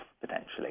potentially